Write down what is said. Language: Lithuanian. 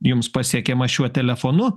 jums pasiekiama šiuo telefonu